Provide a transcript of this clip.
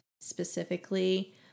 specifically